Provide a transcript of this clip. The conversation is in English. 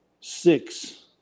six